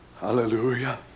Hallelujah